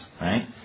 right